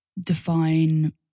define